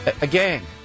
Again